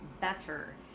better